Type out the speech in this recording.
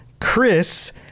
Chris